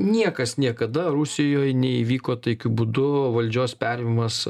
niekas niekada rusijoj neįvyko taikiu būdu valdžios perėmimas